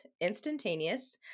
instantaneous